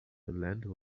land